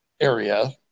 area